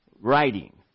writing